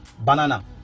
Banana